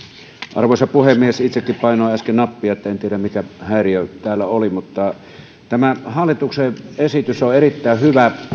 arvoisa puhemies itsekin painoin äsken nappia eli en tiedä mikä häiriö täällä oli tämä hallituksen esitys on erittäin hyvä